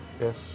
yes